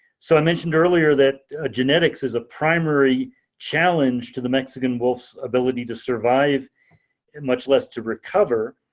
so i mentioned earlier that genetics is a primary challenge to the mexican wolf's ability to survive and much less to recover.